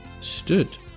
stood